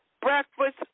breakfast